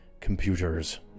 computers